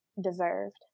deserved